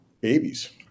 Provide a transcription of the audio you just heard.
babies